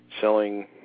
selling